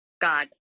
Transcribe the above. god